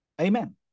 Amen